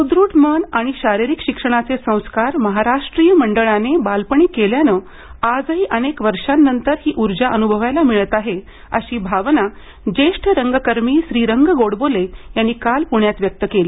सुद्रढ मन आणि शारीरिक शिक्षणाचे संस्कार महाराष्ट्रीय मंडळाने बालपणी केल्यानं आजही अनेक वर्षानंतर ही ऊर्जा अनुभवायला मिळत आहे अशी भावना ज्येष्ठ रंगकर्मी श्रीरंग गोडबोले यांनी काल पुण्यात व्यक्त केली